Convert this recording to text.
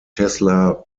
tesla